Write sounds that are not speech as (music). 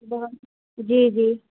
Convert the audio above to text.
(unintelligible) جی جی